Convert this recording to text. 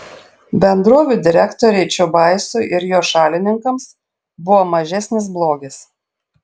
bendrovių direktoriai čiubaisui ir jo šalininkams buvo mažesnis blogis